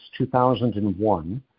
2001